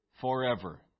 Forever